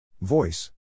Voice